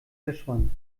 verschwand